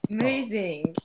Amazing